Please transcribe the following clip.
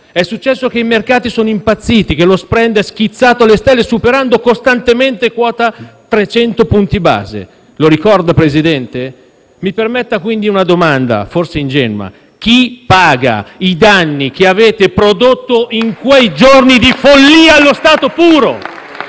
È successo che i mercati sono impazziti, che lo *spread* è schizzato alle stelle superando costantemente quota 300 punti base. Lo ricorda, Presidente? Mi permetta quindi una domanda, forse ingenua: chi paga i danni che avete prodotto in quei giorni di follia allo stato puro?